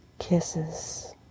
Kisses